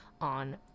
on